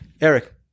Eric